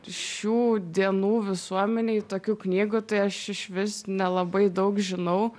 šių dienų visuomenėj tokių knygų tai aš išvis nelabai daug žinau